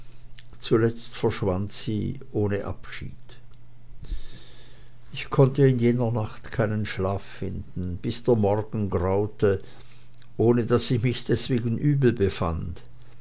zuletzt verschwand sie ohne abschied ich konnte in jener nacht keinen schlaf finden bis der morgen graute ohne daß ich mich deswegen übel befand